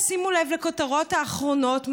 שימו לב לכותרות האחרונות,